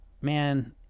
man